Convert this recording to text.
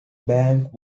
bank